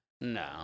No